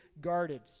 guarded